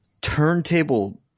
turntable